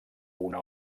una